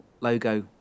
logo